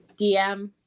DM